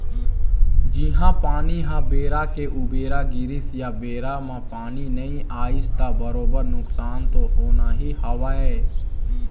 जिहाँ पानी ह बेरा के उबेरा गिरिस या बेरा म पानी नइ आइस त बरोबर नुकसान तो होना ही हवय